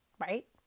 right